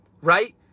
right